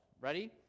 Ready